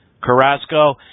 Carrasco